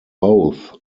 both